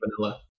vanilla